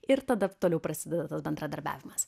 ir tada toliau prasideda tas bendradarbiavimas